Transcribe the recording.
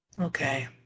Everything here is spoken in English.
Okay